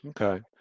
Okay